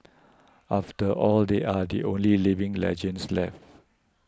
after all they are the only living legends left